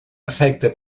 afecta